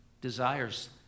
desires